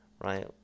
right